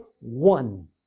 one